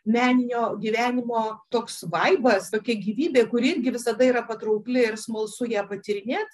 meninio gyvenimo toks vaibas tokia gyvybė kuri ir gi visada yra patraukli ir smalsu ją patyrinėt